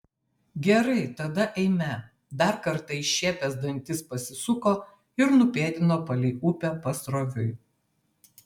gerai tada eime dar kartą iššiepęs dantis pasisuko ir nupėdino palei upę pasroviui